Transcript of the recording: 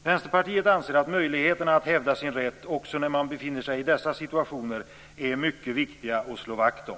Vänsterpartiet anser att möjligheterna att hävda sin rätt också när man befinner sig i dessa situationer är mycket viktiga att slå vakt om.